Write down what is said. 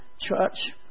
church